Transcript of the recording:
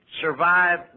survive